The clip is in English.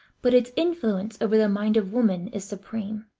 but its influence over the mind of woman is supreme,